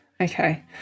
Okay